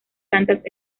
tantas